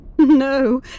No